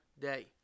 day